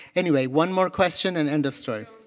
anyway, one more question and end of story.